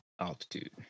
altitude